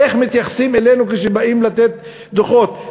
איך מתייחסים אלינו כשבאים לתת דוחות.